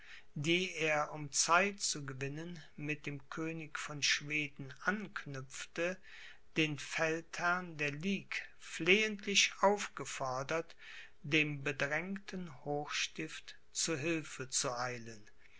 die er um zeit zu gewinnen mit dem könig von schweden anknüpfte den feldherrn der ligue flehentlich aufgefordert dem bedrängten hochstift zu hilfe zu eilen